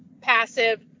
passive